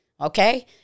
Okay